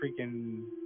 freaking